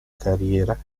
carriera